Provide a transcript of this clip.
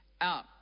out